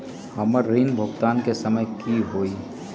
हमर ऋण भुगतान के समय कि होई?